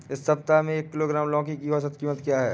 इस सप्ताह में एक किलोग्राम लौकी की औसत कीमत क्या है?